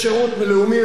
שירות לאומי.